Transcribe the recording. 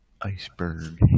iceberg